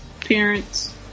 parents